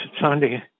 Sunday